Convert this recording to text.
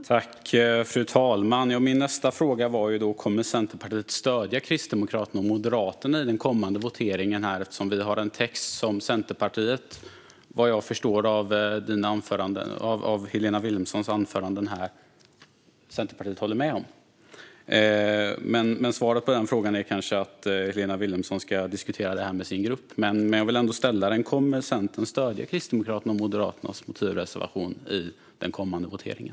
Fru talman! Min nästa fråga är: Kommer Centerpartiet att stödja Kristdemokraterna och Moderaterna i den kommande voteringen? Vi har ju en text som Centerpartiet, vad jag förstår av Helena Vilhelmssons anföranden här, håller med om. Svaret på den frågan är kanske att Helena Vilhelmsson ska diskutera det här med sin grupp, men jag vill ändå ställa den. Kommer Centern att stödja Kristdemokraternas och Moderaternas motivreservation i den kommande voteringen?